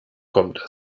kommt